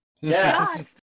Yes